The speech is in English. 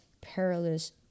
perilous